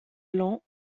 lent